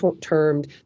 termed